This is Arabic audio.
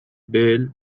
بيل